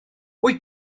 wyt